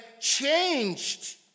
changed